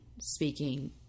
speaking